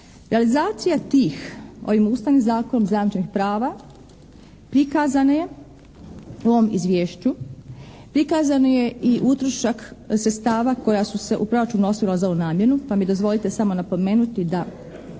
Realizacija tih, ovim Ustavnim zakonom zajamčenih prava, prikazana je u ovom Izvješću, prikazan je i utrošak sredstava koja su se u proračunu ostavila za ovu namjenu pa mi dozvolite samo napomenuti da